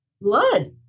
blood